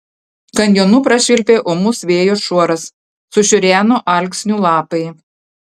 kanjonu prašvilpė ūmus vėjo šuoras sušiureno alksnių lapai